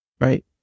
Right